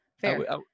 fair